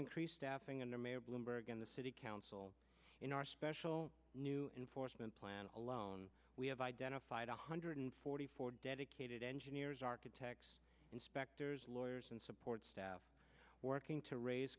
increase staffing a new mayor bloomberg and the city council in our special new in forstmann plan alone we have identified one hundred forty four dedicated engineers architects inspectors lawyers and support staff working to raise